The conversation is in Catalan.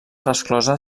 resclosa